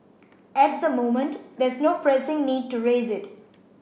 at the moment there's no pressing need to raise it